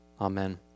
Amen